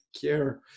care